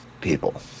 people